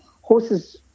horses